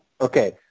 Okay